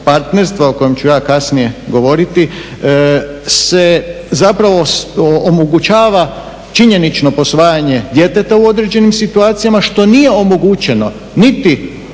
o kojem ću ja kasnije govoriti se zapravo omogućava činjenično posvajanje djeteta u određenim situacijama, što nije omogućeno niti